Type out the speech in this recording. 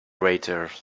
waters